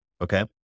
Okay